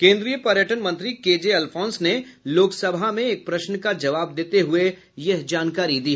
केंद्रीय पर्यटन मंत्री के जे अल्फोंस ने लोकसभा में एक प्रश्न का जवाब देते हुये यह जानकारी दी